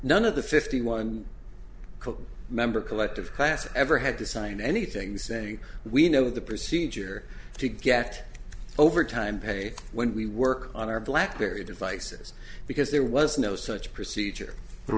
none of the fifty one cook member collective class ever had to sign anything saying we know the procedure to get overtime pay when we work on our black berry devices because there was no such procedure there